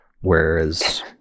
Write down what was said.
Whereas